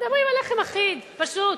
מדברים על לחם אחיד, פשוט.